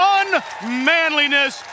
unmanliness